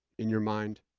in your mind?